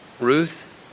Ruth